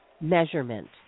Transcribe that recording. measurement